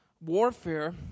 Warfare